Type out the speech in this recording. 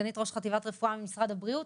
סגנית ראש חטיבת רפואה במשרד הבריאות.